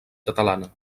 catalana